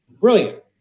Brilliant